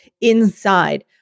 inside